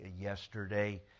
yesterday